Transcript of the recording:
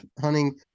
hunting